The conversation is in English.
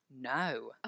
no